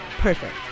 Perfect